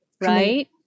right